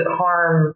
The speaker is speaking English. harm